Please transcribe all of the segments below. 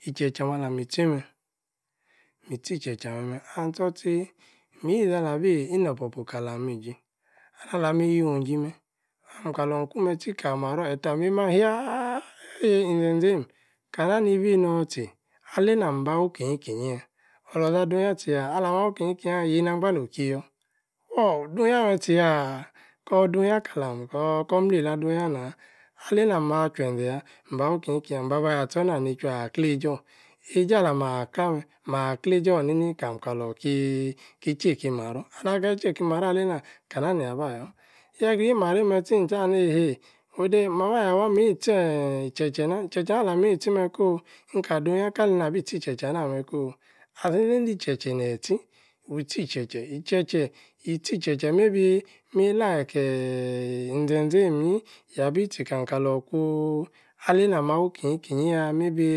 . Icheche ame̱ ala mi isi me̱ mi tsi icheche me̱me̱ haan tso tsi, mi iyi izi ala bi no̱ o̱puo̱pu kalam iji alami iyiung iji me̱, amka lung kume tsi kali imaro eka mema hiaa, eeye inze̱ nze̱ eem kana ni bi ino tsi? Alena mba wi in kiyi inkiyi ya. Awo aloza dung. ya tsi ya. Alam awi inkiyi inkinyi ya ya na angba oki yo. Ho, dung ya tsiya ko̱ dung ya or ko̱ mleeta dung ya no̱ Aleena ma chue̱nze̱ ya mba wi kinyi kinyi ya mba ba yo atso̱ nichwi akleejo̱. Eejo̱ alam akame̱ ma kleejo̱ nini kam kalo ki cheek imaro̱ and akeeyi check imaro aleena, kana ni yaba ayo. Yegre inyi mare me̱ tsii nta neheyi ode maba ya wa itsi iche̱che̱ na cheche ana alam itsi meko. nka dung ya kali nabi tsi cheche ana ko. Asila e̱ndi cheche neeyi tsi? yi tsi cheche mabi mi like Ize̱nze̱ eem inyi ya bi tsi kam kalo kui aleena ma wa inkiyi kinyi ya may be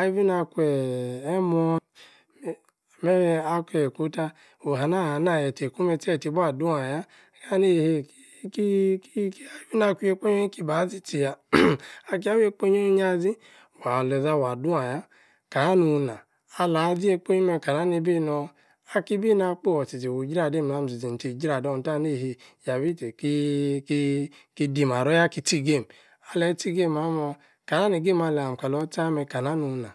even akung emuo. ake̱e̱ ku ta ohana ohana eeta ku meetsi eta bua adung aya. Yani ehee even akung yikpe onyi ki ba zi tsiyi aki awi yiekpe onyi onyi azi awa o̱lo̱za wa dung aya kana nung na ala zi yiekpe onyi me kana nibi no̱ aki ibi no̱ akpo otsitsi wo jra dim am tsitsi nta ijra do nta ha ni ehee ya bi tsi ki dimaro̱ ya tsi game aleeyi tsi game ame kana ni game alam kalung itsi ame kana nung na.